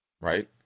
Right